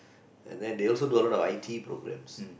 then they also do a lot of I_T programs